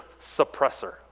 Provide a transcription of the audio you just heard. suppressor